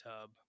tub